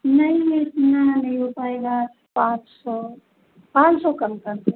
नहीं मेरे से इतना नहीं हो पाएगा पाँच सौ पाँच सौ कम कर देना